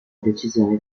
decisione